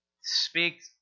speak